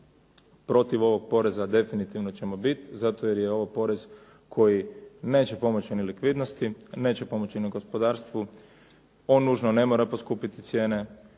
protiv ovog poreza definitivno ćemo bit zato jer je ovo porez koji neće pomoći ni likvidnosti, neće pomoći ni gospodarstvu. On nužno ne mora poskupiti cijene,